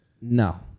No